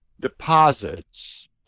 deposits